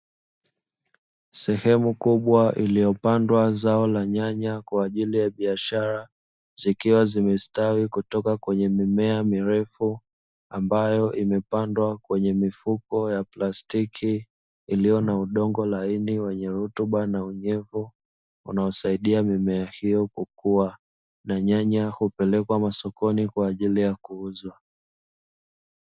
Sehemu kubwa iliyopandwa zao la nyanya kwa ajili ya biashara, zikiwa zimestawi kutoka kwenye mimea mirefu ambayo imepandwa kwenye mifuko ya plastiki, iliyo na udongo laini wenye rutuba na unyevu unaosaidia mimea hiyo kukua; na nyanya hupelekwa masokoni kwa ajili ya kuuzwa.